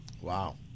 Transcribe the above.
Wow